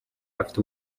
afite